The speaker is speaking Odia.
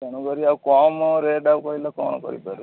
ତେଣୁକରି ଆଉ କମ ରେଟ୍ ଆଉ କହିଲେ କ'ଣ କରିପାରିବୁ